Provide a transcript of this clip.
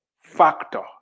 factor